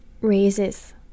raises